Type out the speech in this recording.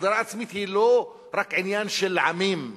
הגדרה עצמית היא לא רק עניין של עמים,